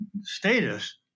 status